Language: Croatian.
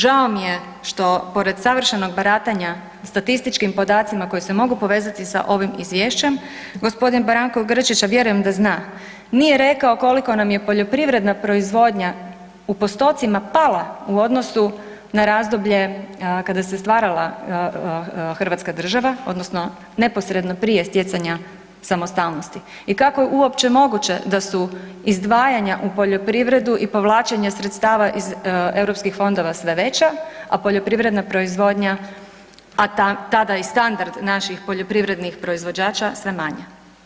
Žao mi je što pored savršenog baratanja statističkim podacima koji se mogu povezati sa ovim Izvješćem, g. Branko Grčić, a vjerujem da zna, nije rekao koliko nam je poljoprivredna proizvodnja u postocima pala u odnosu na razdoblje kada se stvarala hrvatska država, odnosno neposredno prije stjecanja samostalnosti i kako je uopće moguće da su izdvajanja u poljoprivredu i povlačenje sredstava iz EU fondova sve veća, a poljoprivredna proizvodnja, a tada i standard naših poljoprivrednih proizvođača, sve manja.